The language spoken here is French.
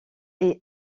est